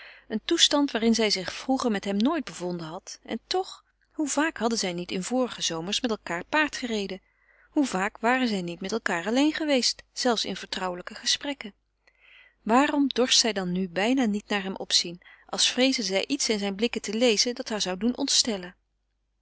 een toestand waarin zij zich vroeger met hem nooit bevonden had en toch hoe vaak hadden zij niet in vorige zomers met elkaâr paardgereden hoe vaak waren zij niet met elkaâr alleen geweest zelfs in vertrouwelijke gesprekken waarom dorst zij dan nu bijna niet tot hem opzien als vreesde zij iets in zijne blikken te lezen dat haar zou doen